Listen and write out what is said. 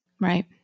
Right